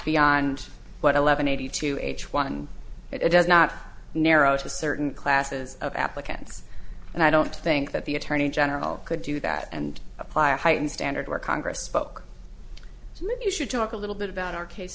beyond what eleven eighty two h one it does not narrow to certain classes of applicants and i don't think that the attorney general could do that and apply a heightened standard where congress spoke so maybe you should talk a little bit about our case